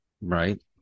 Right